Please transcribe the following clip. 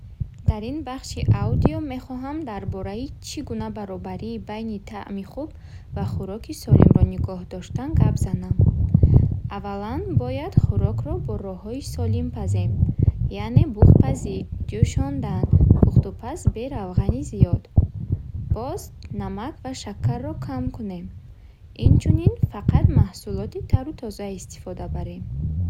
Дар ин бахши аудио мехоҳам дар бораи чӣ гуна баробарии байни таъми хуб ва хӯроки солимро нигоҳ доштан гап занам. Аввалан бояд хӯрокро бо роҳҳои солим пазем, яъне буғпазӣ, ҷӯшондан, пухтупаз бе равғани зиёд. Боз намак ва шакарро кам кунем. Инчунин фақат маҳсулоти тару тоза истифода барем.